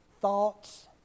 thoughts